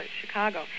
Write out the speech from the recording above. Chicago